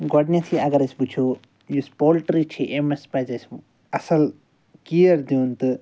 گۄڈٕنٮ۪تھے اگر أسۍ وٕچھو یُس پولٹری چھِ أمِس پَزِ اَسہِ اصٕل کیر دیُن تہٕ